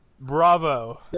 bravo